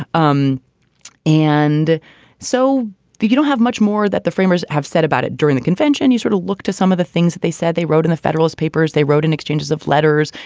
um and so you don't have much more that the framers have said about it during the convention. and you sort of look to some of the things that they said they wrote in the federalist papers, they wrote in exchanges of letters,